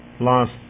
last